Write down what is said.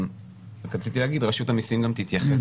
רק רציתי להגיד שרשות המיסים גם תתייחס